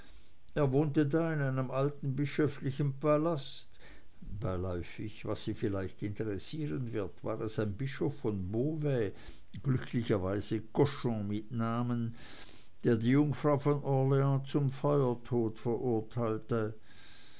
er wohnte da in einem alten bischöflichen palast beiläufig was sie vielleicht interessieren wird war es ein bischof von beauvais glücklicherweise cochon mit namen der die jungfrau von orleans zum feuertod verurteilte